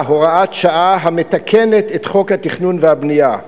הוראת שעה המתקנת את חוק התכנון והבנייה.